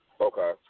Okay